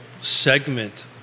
segment